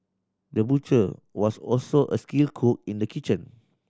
the butcher was also a skilled cook in the kitchen